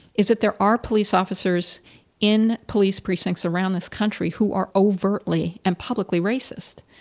is that there are police officers in police precincts around this country who are overtly and publicly racist.